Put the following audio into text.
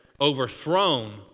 overthrown